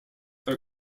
are